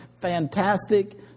fantastic